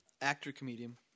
Actor-comedian